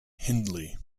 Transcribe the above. hindley